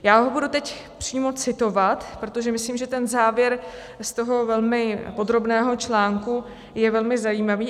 Já ho budu teď přímo citovat, protože myslím, že závěr toho velmi podrobného článku je velmi zajímavý.